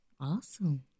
Awesome